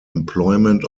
employment